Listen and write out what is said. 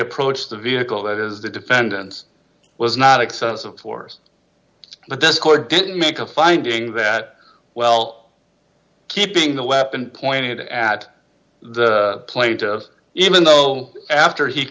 approach the vehicle that is the defendants was not excessive force but this court didn't make a finding that well keeping the weapon pointed at the plate of even though after he